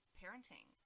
parenting